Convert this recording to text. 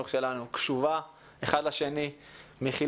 מכילה אחד את השני, גם כשלא נסכים, ובמיוחד